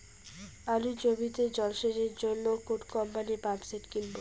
আলুর জমিতে জল সেচের জন্য কোন কোম্পানির পাম্পসেট কিনব?